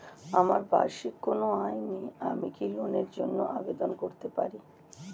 আমার বার্ষিক কোন আয় নেই আমি কি লোনের জন্য আবেদন করতে পারি?